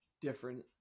different